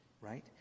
right